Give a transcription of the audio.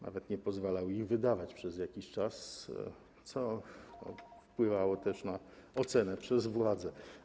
Nawet nie pozwalał ich wydawać przez jakiś czas, co wpływało też na ocenę przez władzę.